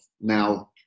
now